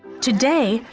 today,